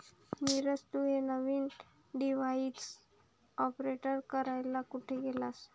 नीरज, तू हे नवीन डिव्हाइस ऑपरेट करायला कुठे शिकलास?